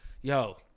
yo